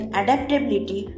adaptability